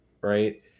right